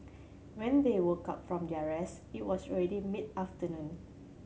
when they woke up from their rest it was already mid afternoon